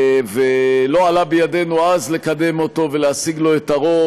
ולא עלה בידנו אז לקדם אותו ולהשיג לו את הרוב,